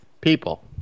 people